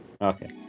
Okay